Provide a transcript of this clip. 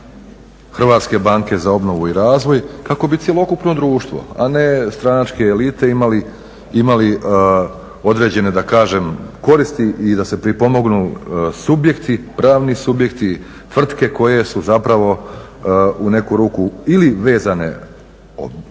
Hrvatske banke za obnovu i razvoj kako bi cjelokupno društvo, a ne stranačke elite imali određene da kažem koristi i da se pripomognu subjekti, pravni subjekti, tvrtke koje su zapravo u neku ruku ili vezane